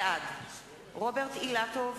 בעד רוברט אילטוב,